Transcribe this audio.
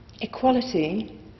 Equality